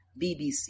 BBC